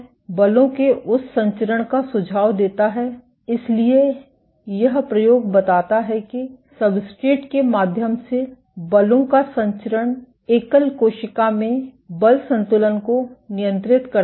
बलों के उस संचरण का सुझाव देता है इसलिए यह प्रयोग बताता है कि सब्सट्रेट के माध्यम से बलों का संचरण एकल कोशिका में बल संतुलन को नियंत्रित करता है